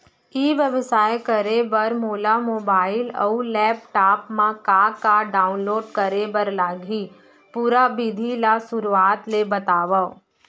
ई व्यवसाय करे बर मोला मोबाइल अऊ लैपटॉप मा का का डाऊनलोड करे बर लागही, पुरा विधि ला शुरुआत ले बतावव?